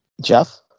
Jeff